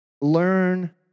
Learn